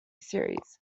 series